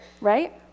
right